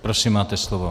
Prosím, máte slovo.